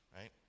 Right